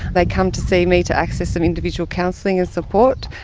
they come to see me to access some individual counselling and support,